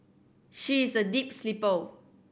she is a deep sleeper